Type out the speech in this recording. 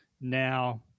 now